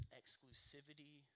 exclusivity